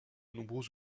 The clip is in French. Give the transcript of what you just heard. nombreux